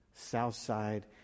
Southside